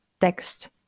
text